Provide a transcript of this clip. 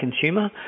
consumer